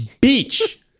beach